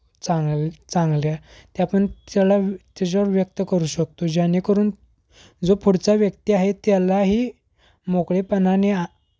चांग चांगल्या ते आपण त्याला त्याच्यावर व्यक्त करू शकतो जेणेकरून जो पुढचा व्यक्ती आहे त्यालाही मोकळेपणाने आ